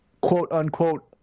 quote-unquote